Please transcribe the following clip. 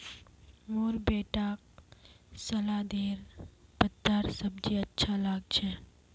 मोर बेटाक सलादेर पत्तार सब्जी अच्छा लाग छ